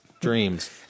dreams